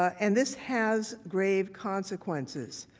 and this has grave consequences.